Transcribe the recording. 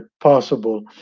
possible